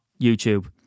YouTube